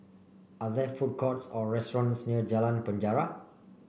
are there food courts or restaurants near Jalan Penjara